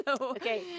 Okay